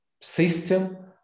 system